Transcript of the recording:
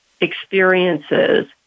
experiences